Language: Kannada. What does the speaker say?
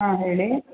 ಹಾಂ ಹೇಳಿ